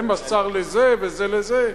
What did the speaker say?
זה מסר לזה וזה לזה.